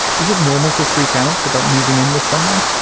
is it normal to freak out about moving in with someone?